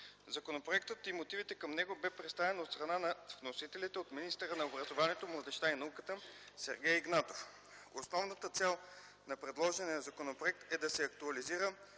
Законопроектът и мотивите към него бе представен от страна на вносителите от министъра на образованието, младежта и науката Сергей Игнатов. Основната цел на предложения законопроект е да се актуализира